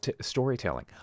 storytelling